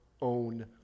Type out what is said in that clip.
own